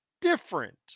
different